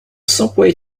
subway